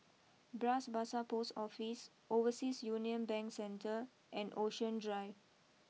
Bras Basah post Office Overseas Union Bank Centre and Ocean Drive